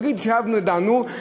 נגיד שדנו,